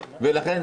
ולכן,